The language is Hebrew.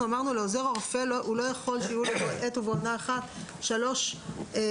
אנחנו אמרנו שעוזר הרופא לא יכול שיהיו לו בעת ובעונה אחת יותר משלוש